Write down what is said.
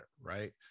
right